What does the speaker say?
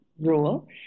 rule